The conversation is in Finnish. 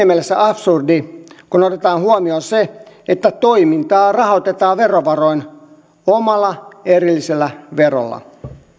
mielessä suorastaan absurdi kun otetaan huomioon se että toimintaa rahoitetaan verovaroin omalla erillisellä verolla